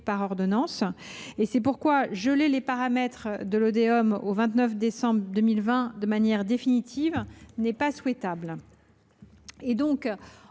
par ordonnances et c’est pourquoi geler les paramètres de la Lodéom au 29 décembre 2020 de manière définitive n’est pas souhaitable.